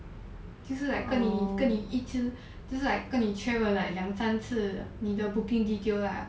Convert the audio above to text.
其实 like 跟你跟你一直就是 like 跟你确认 like 两三次你的 booking details lah